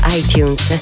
iTunes